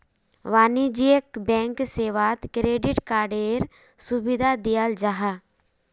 वाणिज्यिक बैंक सेवात क्रेडिट कार्डएर सुविधा दियाल जाहा